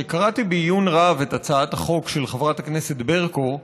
שקראתי בעיון רב את הצעת החוק של חברת הכנסת ברקו,